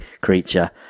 creature